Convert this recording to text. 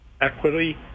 equity